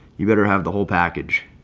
you better have the whole package.